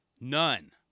none